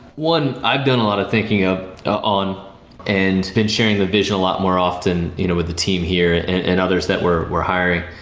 one i've done a lot of thinking of on and been sharing the vision a lot more often you know with the team here and others that were were hiring.